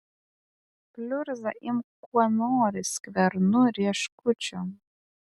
pliurzą imk kuo nori skvernu rieškučiom